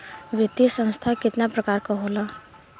वित्तीय संस्था कितना प्रकार क होला?